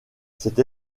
cette